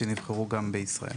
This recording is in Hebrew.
שנבחרו גם בישראל.